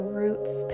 roots